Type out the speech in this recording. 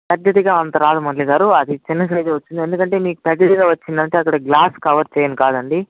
పెద్దదిగా అంతరాదు మురళి గారు అది చిన్న సైజే వస్తుంది ఎందుకంటే మీకు పెద్దదిగా వచ్చిందంటే అక్కడ గ్లాస్ కవర్ చేయను కాదండి